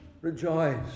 Rejoice